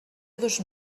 dos